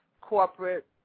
corporate